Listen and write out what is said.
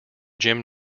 jim